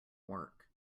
work